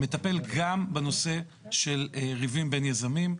מטפל גם בנושא של ריבים בין יזמים.